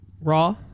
raw